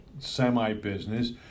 semi-business